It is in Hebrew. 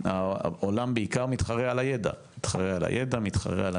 העולם בעיקר מתחרה על הידע, מתחרה על הניסיון,